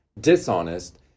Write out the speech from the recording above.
dishonest